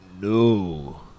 no